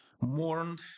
mourned